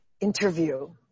interview